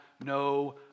no